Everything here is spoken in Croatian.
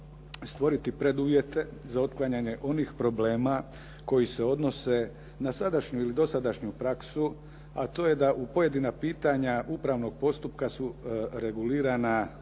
stvoriti preduvjete za otklanjanje onih problema koji se odnose na sadašnju ili dosadašnju praksu, a to je da u pojedina pitanja upravnog postupka su regulirana